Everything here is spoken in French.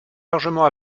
largement